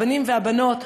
הבנים והבנות,